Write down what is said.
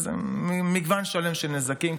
מגוון שלם של נזקים,